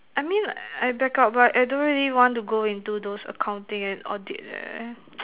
I mean I backup right I don't really want to go into those accounting and audit leh